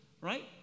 Right